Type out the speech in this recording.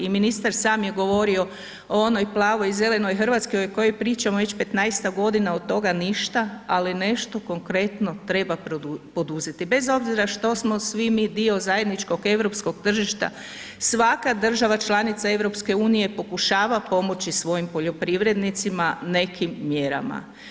I ministar sam je govorio o onoj plavoj i zelenoj Hrvatskoj o kojoj pričamo već 15-ak godina od toga ništa ali nešto konkretno treba poduzeti bez obzira što smo svi mi dio zajedničkog europskog tržišta svaka država članica EU pokušava pomoći svojim poljoprivrednicima nekim mjerama.